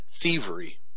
thievery